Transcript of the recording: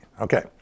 Okay